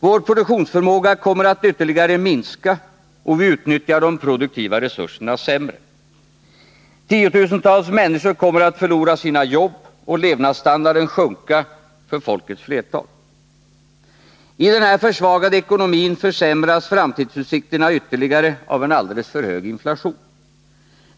Vår produktionsförmåga kommer att ytterligare minska, och vi utnyttjar de produktiva resurserna sämre. Tiotusentals människor kommer att förlora sina jobb och levnadsstandarden kommer att sjunka för folkets flertal. I denna försvagade ekonomi försämras framtidsutsikterna ytterligare av en alldeles för hög inflation.